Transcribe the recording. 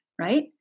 Right